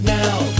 now